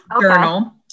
journal